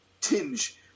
tinge